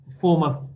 former